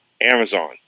Amazon